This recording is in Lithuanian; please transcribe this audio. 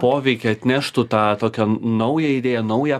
poveikį atneštų tą tokią naują idėją naują